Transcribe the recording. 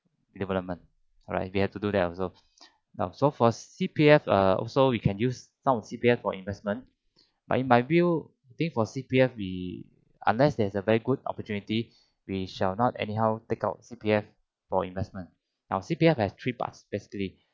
the development alright we have to do that also now so for C_P_F err also we can use some of C_P_F for investment but in my view I think for C_P_F we unless there's a very good opportunity we shall not anyhow take out C_P_F for investment now C_P_F have three parts basically